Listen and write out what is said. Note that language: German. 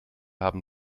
haben